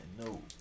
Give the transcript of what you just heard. no